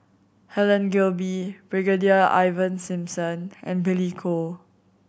Helen Gilbey Brigadier Ivan Simson and Billy Koh